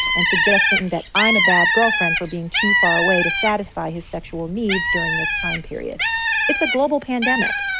and suggesting that i'm a bad girlfriend for being too far away to satisfy his sexual needs during this time period it's a global pandemic.